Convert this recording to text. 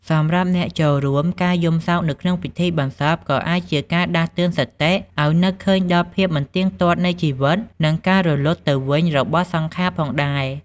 សម្រាប់អ្នកចូលរួម ការយំសោកនៅក្នុងពិធីបុណ្យសពក៏អាចជាការដាស់តឿនសតិឱ្យនឹកឃើញដល់ភាពមិនទៀងទាត់នៃជីវិត និងការរលត់ទៅវិញរបស់សង្ខារផងដែរ។